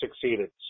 succeeded